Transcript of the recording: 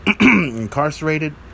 incarcerated